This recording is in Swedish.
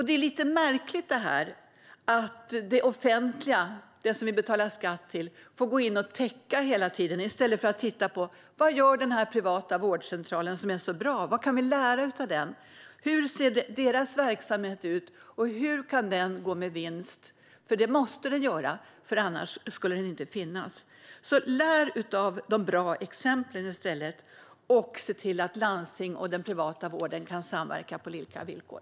Det är lite märkligt att det offentliga, det vi betalar skatt till, går in och täcker i stället för att se på vad den privata vårdcentralen gör som är så bra och vad som kan läras av den. Hur ser verksamheten ut, och hur kan den gå med vinst? Det måste den göra eftersom den annars inte skulle finnas. Lär av de bra exemplen, och se till att landsting och den privata vården kan samverka på lika villkor.